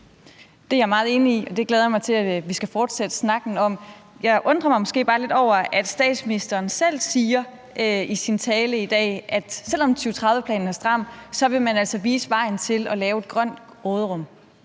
Det er jeg meget enig i, og det glæder jeg mig til at vi skal fortsætte snakken om. Jeg undrer mig måske bare lidt over, at statsministeren selv siger i sin tale i dag, at man, selv om 2030-planen er stram, så vil vise vejen til at lave et grønt råderum.